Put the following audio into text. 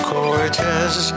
Cortez